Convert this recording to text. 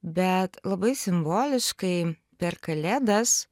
bet labai simboliškai per kalėdas